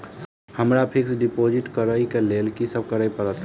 हमरा fix deposit करऽ केँ लेल की सब करऽ पड़त?